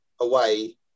away